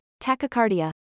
tachycardia